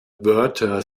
wörter